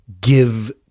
give